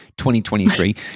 2023